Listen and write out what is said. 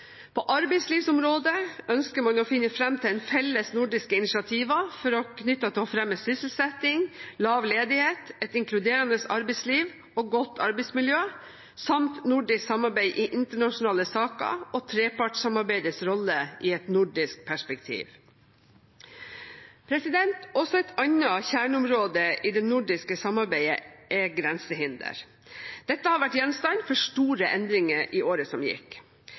På arbeidslivsområdet ønsker man å finne fram til felles nordiske initiativ knyttet til å fremme sysselsetting, lav ledighet, et inkluderende arbeidsliv og godt arbeidsmiljø samt nordisk samarbeid i internasjonale saker og trepartssamarbeidets rolle i et nordisk perspektiv. Også et annet kjerneområde i det nordiske samarbeidet er grensehinder. Dette har vært gjenstand for store endringer i året som gikk.